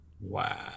Wow